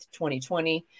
2020